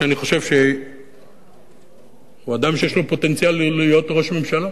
שאני חושב שהוא אדם שיש לו פוטנציאל להיות ראש ממשלה,